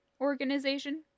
organization